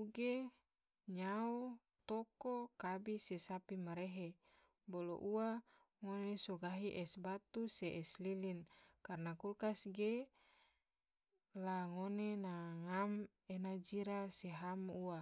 uge, nyao, toko, kabi, se sapi ma rehe, bolo ua ngone so gahi es batu se es lilin, karana kulkas ge la ngone na ngam ena jira se ham ua.